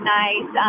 nice